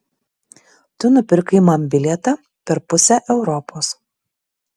tu nupirkai man bilietą per pusę europos